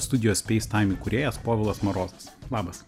studijos peist taim įkūrėjas povilas marozas labas